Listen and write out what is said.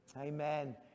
Amen